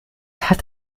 hat